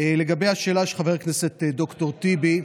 לגבי השאלה של חבר הכנסת ד"ר טיבי,